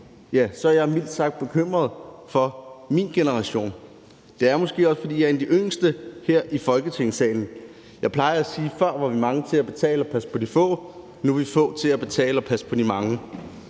Så er jeg mildt sagt bekymret for min generation. Det er måske også, fordi jeg er en af de yngste her i Folketingssalen. Jeg plejer at sige, at før var vi mange til at betale for og tage os af de få, nu er vi få til at betale for og passe på de mange.